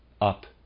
up